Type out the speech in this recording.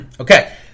Okay